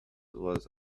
was